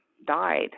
died